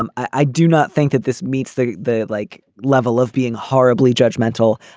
um i do not think that this meets the the like level of being horribly judgmental.